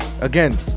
again